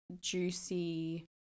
juicy